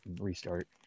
restart